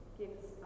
gives